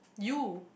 you